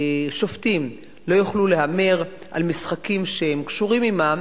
ושופטים לא יוכלו להמר על משחקים שהם קשורים עמם.